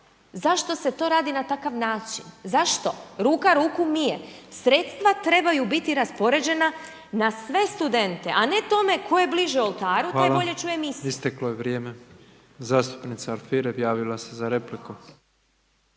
Zašto se to radi na takav način. Zašto? Ruka ruku mije. Sredstva trebaju biti raspoređena na sve studente a ne tome tko je bliže oltaru, taj bolje čuje misu. **Petrov, Božo (MOST)** Hvala. Isteklo je vrijeme. Zastupnica Alfirev javila se za repliku,